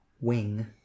Wing